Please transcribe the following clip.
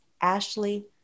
Ashley